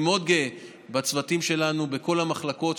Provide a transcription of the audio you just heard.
אני מאוד גאה בצוותים שלנו בכל המחלקות.